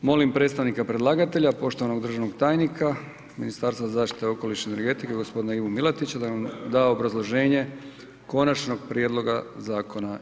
Molim predstavnika predlagatelja poštovanog državnog tajnika Ministarstva zaštite okoliša i energetike gospodina Ivu Milatića da nam da obrazloženje konačnog prijedloga zakona.